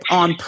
on